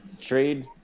trade